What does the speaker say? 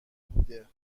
بوده